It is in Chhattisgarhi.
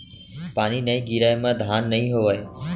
पानी नइ गिरय म धान नइ होवय